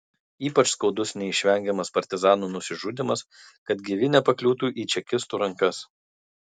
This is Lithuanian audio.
ypač skaudus neišvengiamas partizanų nusižudymas kad gyvi nepakliūtų į čekistų rankas